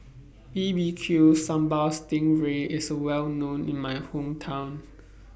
B B Q Sambal Sting Ray IS Well known in My Hometown